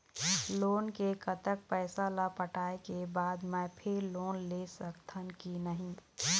Loan के कतक पैसा ला पटाए के बाद मैं फिर लोन ले सकथन कि नहीं?